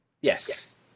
Yes